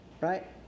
Right